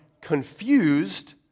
confused